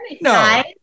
No